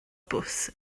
bws